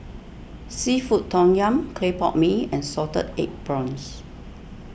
Seafood Tom Yum Clay Pot Mee and Salted Egg Prawns